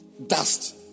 Dust